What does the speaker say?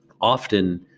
often